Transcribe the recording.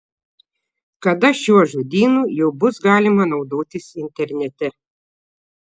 kada šiuo žodynu jau bus galima naudotis internete